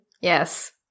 yes